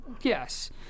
Yes